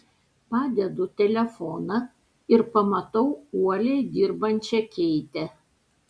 padedu telefoną ir pamatau uoliai dirbančią keitę